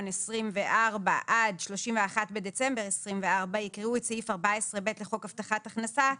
2024 עד 31 בדצמבר 2024 יקראו את סעיף 14ב לחוק הבטחת הכנסה,